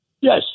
Yes